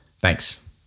Thanks